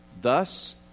Thus